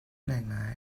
ngaingai